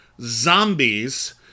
zombies